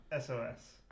SOS